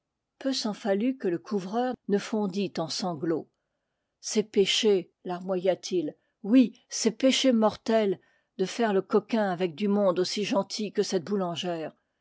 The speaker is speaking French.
peu s'en fallut que le couvreur ne fondît en sanglots c'est péché larmoya t il oui c'est péché mortel de faire le coquin avec du monde aussi gentil que cette bou